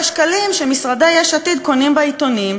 שקלים שמשרדי יש עתיד קונים בעיתונים.